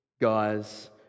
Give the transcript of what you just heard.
guys